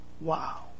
Wow